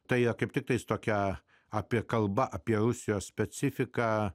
tai kaip tiktai tokia apie kalba apie rusijos specifiką